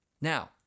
Now